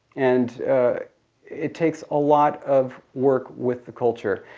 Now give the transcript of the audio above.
and it takes a lot of work with the culture,